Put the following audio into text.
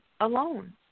alone